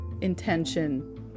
intention